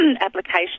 application